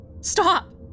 Stop